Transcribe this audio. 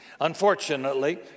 Unfortunately